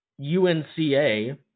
UNCA